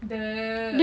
the